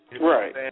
right